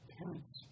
parents